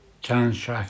challenge